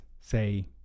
say